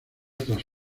tras